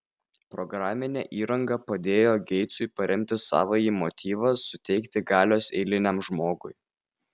programinė įranga padėjo geitsui paremti savąjį motyvą suteikti galios eiliniam žmogui